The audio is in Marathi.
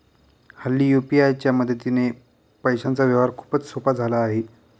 हल्ली यू.पी.आय च्या मदतीने पैशांचा व्यवहार खूपच सोपा झाला आहे